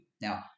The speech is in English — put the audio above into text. Now